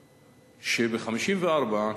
שב-1954,